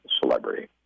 celebrity